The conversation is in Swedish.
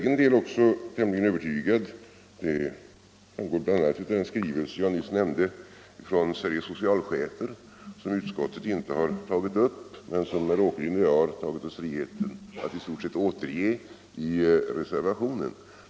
Den skrivelse från Sveriges socialchefer som jag nyss nämnde har utskottet inte tagit upp, men herr Åkerlind och jag har tagit oss friheten att i stort sett återge den i reservationen.